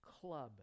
club